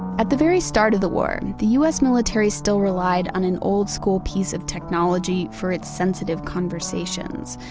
at the very start of the war, the us military still relied on an old school piece of technology for its sensitive conversations.